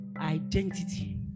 Identity